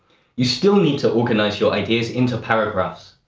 you still need to organize your ideas into paragraphs.